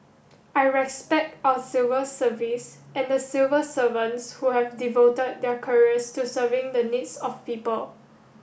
I respect our civil service and the civil servants who have devoted their careers to serving the needs of people